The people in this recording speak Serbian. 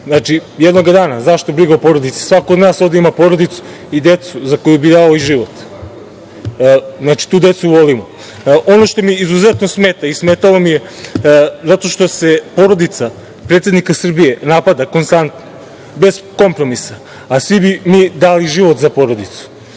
Znači, jednoga dana, zašto briga o porodici, svako od nas ovde ima porodicu i decu za koju bi dao i život, znači, tu decu volimo. Ono što mi izuzetno smeta i smetalo mi je, zato što se porodica predsednika Srbije napada konstantno, bez kompromisa, a svi bi mi dali život za porodicu. Ono